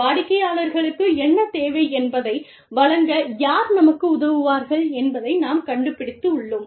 வாடிக்கையாளர்களுக்கு என்ன தேவை என்பதை வழங்க யார் நமக்கு உதவுவார்கள் என்பதை நாம் கண்டுபிடித்துள்ளோம்